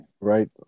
Right